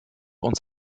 uns